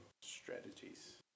strategies